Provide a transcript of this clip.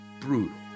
brutal